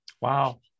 Wow